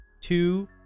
two